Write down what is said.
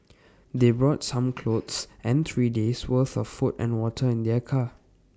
they brought some clothes and three days worth of food and water in their car